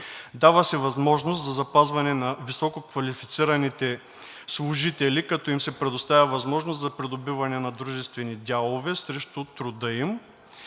Дава се възможност за запазване на висококвалифицираните служители, като им се предоставя възможност за придобиване на дружествени дялове срещу труда им.